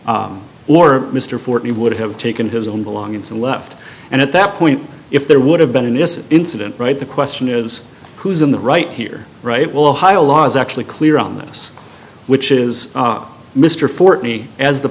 or mr ford he would have taken his own belongings and left and at that point if there would have been in this incident right the question is who's in the right here right well ohio law is actually clear on this which is mr for me as the